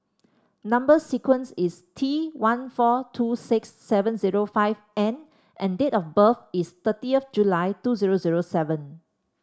number sequence is T one four two six seven zero five N and date of birth is thirtieth July two zero zero seven